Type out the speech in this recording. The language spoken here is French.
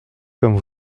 comme